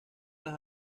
las